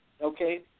Okay